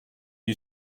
you